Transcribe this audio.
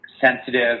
sensitive